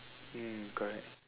mm correct